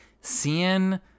seeing